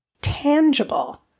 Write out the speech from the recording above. tangible